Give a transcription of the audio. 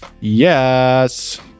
Yes